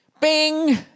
Bing